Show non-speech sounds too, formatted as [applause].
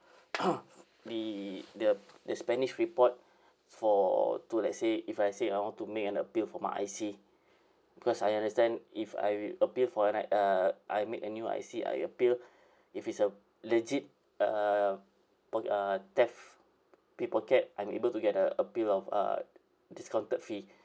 [coughs] the the the spanish report for to let's say if I say I want to make an appeal for my I_C because I understand if I appeal for an I~ uh I make a new I_C I appeal if it's a legit uh pocket uh theft pickpocket I'm able to get a a bit of uh discounted fee